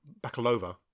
Bakalova